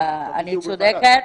אני צודקת?